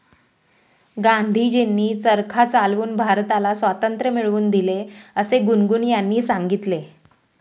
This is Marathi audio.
गांधीजींनी चरखा चालवून भारताला स्वातंत्र्य मिळवून दिले असे गुनगुन यांनी सांगितले